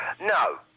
No